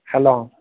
hello